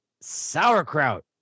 Sauerkraut